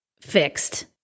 fixed